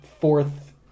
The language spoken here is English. fourth